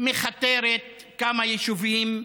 מכתרת כמה יישובים,